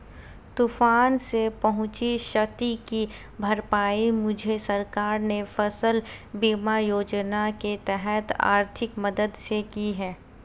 तूफान से पहुंची क्षति की भरपाई मुझे सरकार ने फसल बीमा योजना के तहत आर्थिक मदद से की है